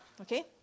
okay